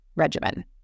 regimen